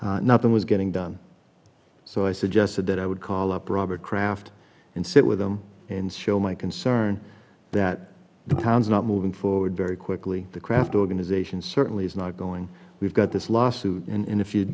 nothing was getting done so i suggested that i would call up robert kraft and sit with them and show my concern that the town's not moving forward very quickly the craft organization certainly is not going we've got this lawsuit in if you